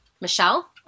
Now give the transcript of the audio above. Michelle